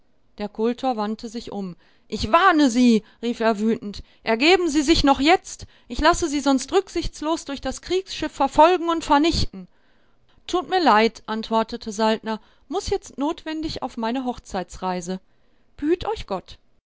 der kultor wandte sich um ich warne sie rief er wütend ergeben sie sich noch jetzt ich lasse sie sonst rücksichtslos durch das kriegsschiff verfolgen und vernichten tut mir leid antwortete saltner muß jetzt notwendig auf meine hochzeitsreise b'hüt euch gott